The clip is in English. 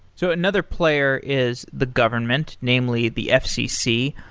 so another player is the government, namely the fcc.